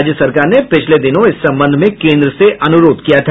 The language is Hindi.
राज्य सरकार ने पिछले दिनों इस संबंध में केन्द्र से अनुरोध किया था